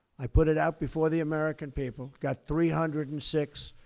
i put it out before the american people. got three hundred and six